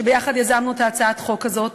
שביחד יזמנו את הצעת החוק הזאת,